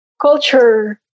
culture